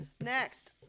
Next